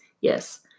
yes